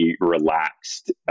relaxed